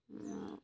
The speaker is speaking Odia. ଆଉ